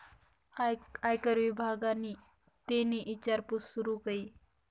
आयकर विभागनि तेनी ईचारपूस सूरू कई